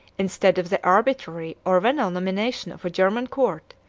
instead of the arbitrary or venal nomination of a german court,